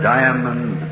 Diamond